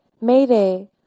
Mayday